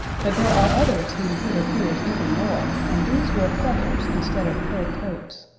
but there are others whom peter fears even more, and these wear feathers instead of fur coats.